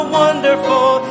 wonderful